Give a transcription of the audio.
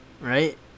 right